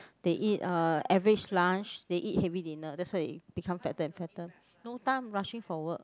they eat uh average lunch they eat heavy dinner that's why become fatter and fatter no time rushing for work